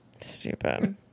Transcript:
Stupid